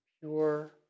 pure